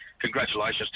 congratulations